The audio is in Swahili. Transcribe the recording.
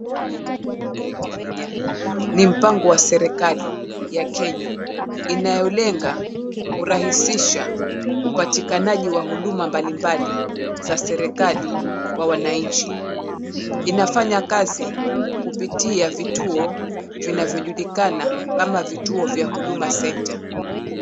Huduma Kenya ni mpango wa serikali inayolenga kurahisisha upatikanaji wa huduma mbali mbali za serikali kwa wananchi. Inafanyakazi kupitia vituo vinavyojulikana kama vituo vya Huduma Center.